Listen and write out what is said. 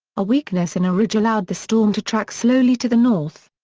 a weakness in a ridge allowed the storm to track slowly to the north.